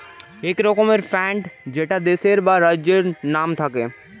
এক রকমের ফান্ড যেটা দেশের বা রাজ্যের নাম থাকে